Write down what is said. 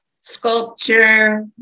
sculpture